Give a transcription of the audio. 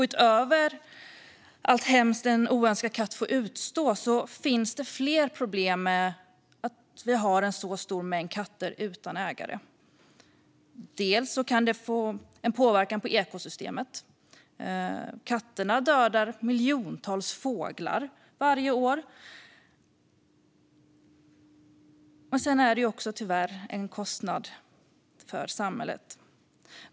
Utöver allt hemskt som en oönskad katt får utstå finns det fler problem med att vi har en stor mängd katter utan ägare. Dels kan det få en påverkan på ekosystemet, då katterna dödar miljontals fåglar varje år genom jakt, dels är det tyvärr också en kostnad för samhället.